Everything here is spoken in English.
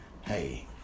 Hey